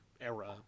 era